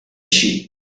she